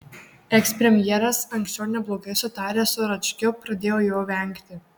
ekspremjeras anksčiau neblogai sutaręs su račkiu pradėjo jo vengti